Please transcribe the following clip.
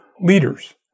leaders